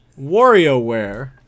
WarioWare